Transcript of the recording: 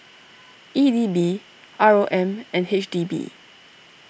E D B R O M and H D B